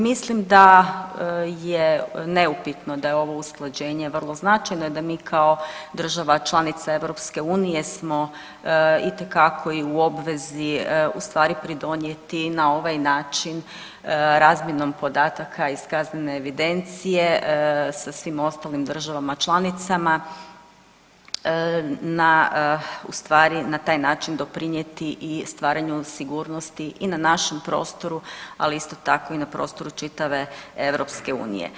Mislim da je neupitno da je ovo usklađenje vrlo značajno i da mi kao država članica EU smo itekako i u obvezi ustvari pridonijeti na ovaj način razmjenom podataka iz kaznene evidencije sa svim ostalim državama članicama ustvari na taj način doprinijeti i stvaranju sigurnosti i na našem prostoru, ali isto tako i na prostoru čitave EU.